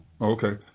Okay